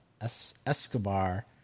Escobar